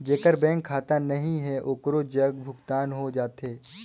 जेकर बैंक खाता नहीं है ओकरो जग भुगतान हो जाथे?